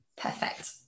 Perfect